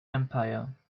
empire